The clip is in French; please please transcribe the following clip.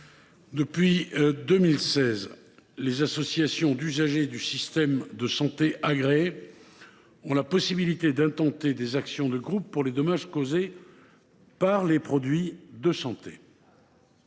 depuis 2016, les associations d’usagers du système de santé agréées ont la possibilité d’intenter des actions de groupe pour les dommages causés par des produits de santé.